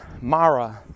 Mara